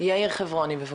יאיר חברוני, בבקשה.